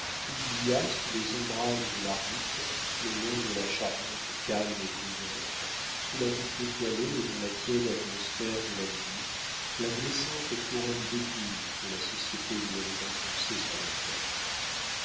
oublia sous les ombrages de la route le long de la charente calme et brillante sous la voûte étoilée et dans la tiède atmosphère de la nuit la blessante couronne d'épines que la société lui avait enfoncée sur la tête